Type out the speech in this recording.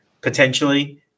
potentially